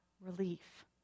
relief